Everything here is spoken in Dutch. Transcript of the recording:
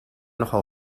nogal